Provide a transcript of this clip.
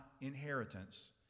inheritance